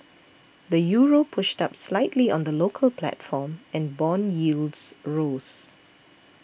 the Euro pushed up slightly on the local platform and bond yields rose